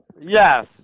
Yes